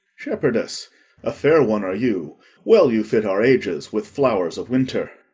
shepherdess a fair one are you well you fit our ages with flowers of winter.